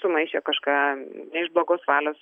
sumaišė kažką ne iš blogos valios